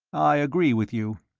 i agree with you.